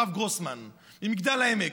הרב גרוסמן ממגדל העמק.